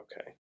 Okay